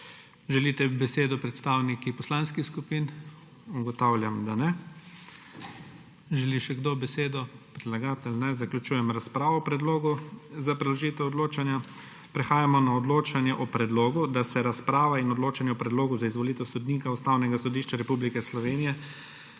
Želite besedo predstavniki poslanskih skupin? Ugotavljam, da ne. Želi še kdo besedo? Predlagatelj? Ne. Zaključujem razpravo o predlogu za preložitev odločanja. Prehajamo na odločanje o predlogu, da se razprava in odločanje o predlogu za izvolitev sodnika Ustavnega sodišča Republike Slovenije